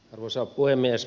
arvoisa puhemies